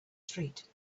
street